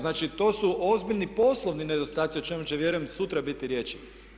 Znači to su ozbiljni poslovni nedostaci o čemu će vjerujem sutra biti riječi.